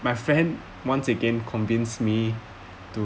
my friend once again convinced me to